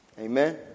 Amen